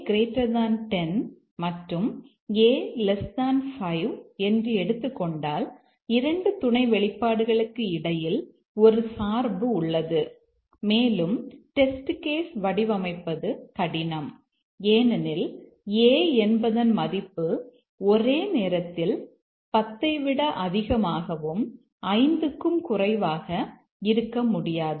a 10 மற்றும் a 5 என்று எடுத்துக்கொண்டால் இரண்டு துணை வெளிப்பாடுகளுக்கு இடையில் ஒரு சார்பு உள்ளது மேலும் டெஸ்ட் கேஸ் வடிவமைப்பது கடினம் ஏனெனில் a என்பதன் மதிப்பு ஒரே நேரத்தில் 10 ஐ விட அதிகமாகவும் 5 க்கும் குறைவாக இருக்க முடியாது